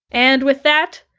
and with that,